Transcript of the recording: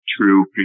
true